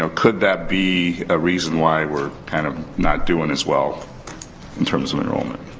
so could that be a reason why we're kind of not doing as well in terms of enrollment?